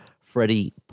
Freddie